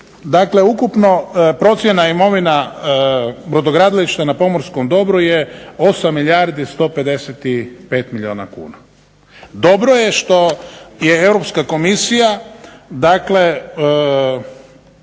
Dakle, ukupno procjena imovina brodogradilišta na pomorskom dobru je 8 milijardi 155 milijuna kuna. Dobro je što je Europska komisija, dakle